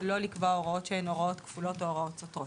ולא לקבוע הוראות שהן הוראות כפולות או הוראות סותרות.